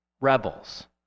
rebels